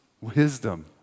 Wisdom